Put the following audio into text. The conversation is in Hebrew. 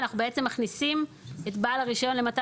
אנחנו בעצם מכניסים את בעל הרישיון למתן